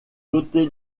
doté